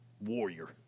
warrior